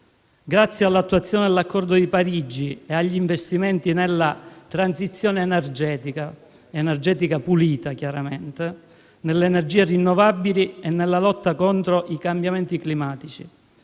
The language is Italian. grazie all'attuazione dell'Accordo di Parigi e agli investimenti nella transizione energetica pulita, nelle energie rinnovabili e nella lotta contro i cambiamenti climatici.